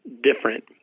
different